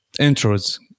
intros